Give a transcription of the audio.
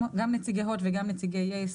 גם נציגי הוט וגם נציגי יס,